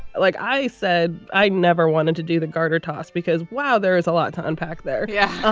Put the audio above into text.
like i said, i never wanted to do the garter toss because wow. there is a lot to unpack there. yeah.